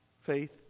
Faith